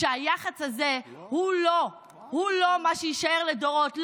שהיח"צ הזה הוא לא מה שיישאר לדורות.